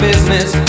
Business